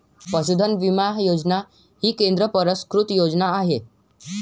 पशुधन विमा योजना ही केंद्र पुरस्कृत योजना आहे